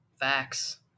Facts